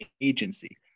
agency